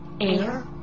Air